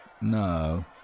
No